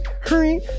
hurry